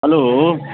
hello